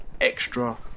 extra